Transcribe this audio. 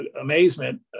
amazement